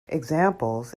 examples